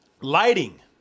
Lighting